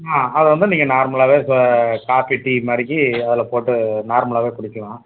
ஆ அதை வந்து நீங்கள் நார்மலாகவே இப்போ காஃப்பி டீ மாதிரிக்கி அதில் போட்டு நார்மலாகவே குடிக்கலாம்